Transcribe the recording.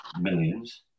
millions